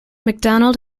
mcdonald